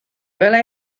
welai